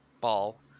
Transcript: ball